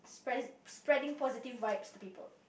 spread~ spreading positive vibes to people